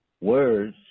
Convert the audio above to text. words